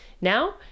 now